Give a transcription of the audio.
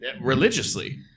religiously